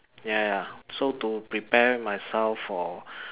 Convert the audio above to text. ya ya so to prepare myself for